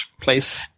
place